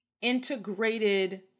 integrated